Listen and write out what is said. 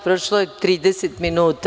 Prošlo je 30 minuta.